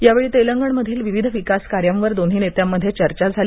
यावेळी तेलंगणमधील विविध विकास कार्यांवर दोन्ही नेत्यांमध्ये चर्चा झाली